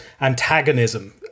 antagonism